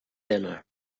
dinner